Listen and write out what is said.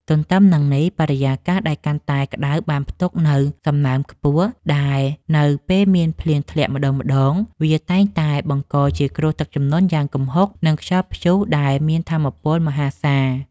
ទន្ទឹមនឹងនេះ បរិយាកាសដែលកាន់តែក្ដៅបានផ្ទុកនូវសំណើមខ្ពស់ ដែលនៅពេលមានភ្លៀងធ្លាក់ម្ដងៗ វាតែងតែបង្កជាគ្រោះទឹកជំនន់យ៉ាងគំហុក និងខ្យល់ព្យុះដែលមានថាមពលមហាសាល។